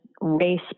race